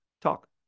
talk